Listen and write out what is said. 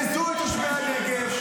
בזזו את תושבי הנגב,